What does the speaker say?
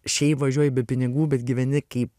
šiaip važiuoji be pinigų bet gyveni kaip